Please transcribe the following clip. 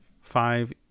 five